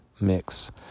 mix